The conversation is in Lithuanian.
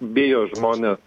bijo žmonės